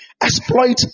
Exploit